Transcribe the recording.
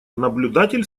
наблюдатель